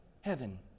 heaven